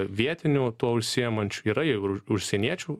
vietinių tuo užsiimančių yra jau ir užsieniečių